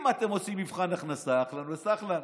אם אתם עושים מבחן הכנסה, אהלן וסהלן.